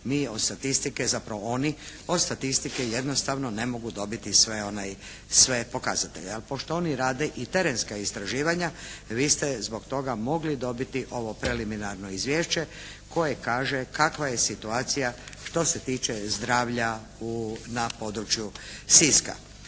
Mi od statistike zapravo oni od statistike jednostavno ne mogu dobiti sve, sve pokazatelje. Ali pošto oni rade i terenska istraživanja vi ste zbog toga mogli dobiti ovo preliminarno izvješće koje kaže kakva je situacija što se tiče zdravlja u, na području Siska.